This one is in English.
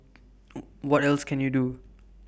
what else can you do